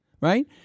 right